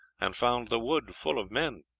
and found the wood full of men.